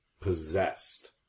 possessed